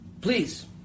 please